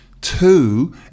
Two